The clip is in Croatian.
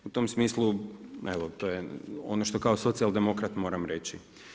U tom smislu to je ono što kao socijaldemokrat moram reći.